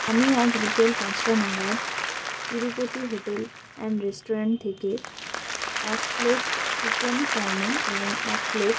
আমি আজ বিকেল পাঁচটা নাগাদ তিরুপতি হোটেল অ্যান্ড রেসটুরেন্ট থেকে এক প্লেট চিকেন চাউমিন এবং এক প্লেট